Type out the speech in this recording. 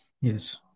Yes